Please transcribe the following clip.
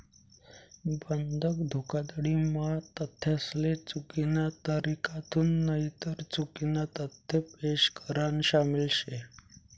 बंधक धोखाधडी म्हा तथ्यासले चुकीना तरीकाथून नईतर चुकीना तथ्य पेश करान शामिल शे